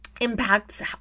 impacts